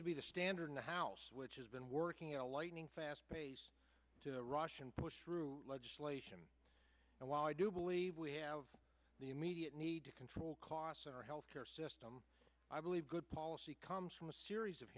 to be the standard in the house which has been working a lightning fast to russian push through legislation and while i do believe we have the immediate need to control costs in our health care system i believe good policy comes from a series of